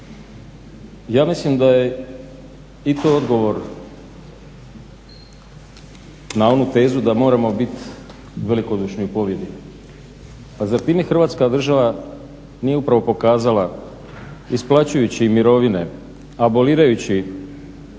ja mislim da je i to odgovor na onu tezu da moramo biti velikodušni u pobjedi. Zar time Hrvatska država nije upravo pokazala isplaćujući mirovine, abolirajući